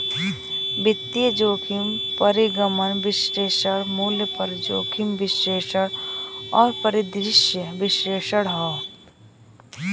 वित्तीय जोखिम प्रतिगमन विश्लेषण, मूल्य पर जोखिम विश्लेषण और परिदृश्य विश्लेषण हौ